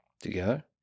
Together